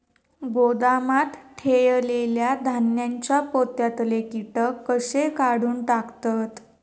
गोदामात ठेयलेल्या धान्यांच्या पोत्यातले कीटक कशे काढून टाकतत?